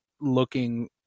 looking